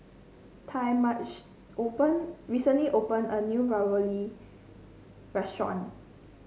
Talmadge open recently opened a new Ravioli restaurant